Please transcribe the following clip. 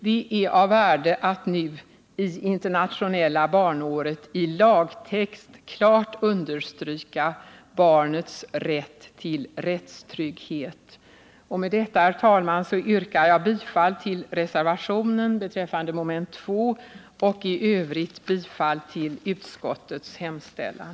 Det är av värde att nu i internationella barnåret i lagtext klart understryka barnets rätt till rättstrygghet. Med detta, herr talman, yrkar jag bifall till reservationen beträffande mom. 2 och i övrigt bifall till utskottets hemställan.